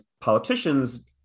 politicians